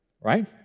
right